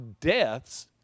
death's